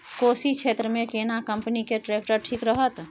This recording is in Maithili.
कोशी क्षेत्र मे केना कंपनी के ट्रैक्टर ठीक रहत?